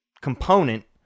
component